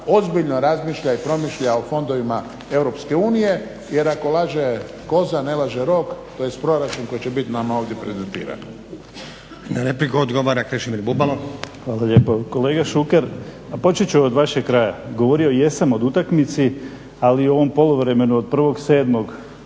ozbiljno razmišlja i promišlja o fondovima EU. Jer ako laže koza, ne laže rog, tj. proračun koji će biti nama ovdje prezentiran.